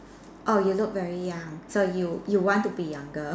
oh you look very young so you you want to be younger